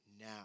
now